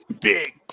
big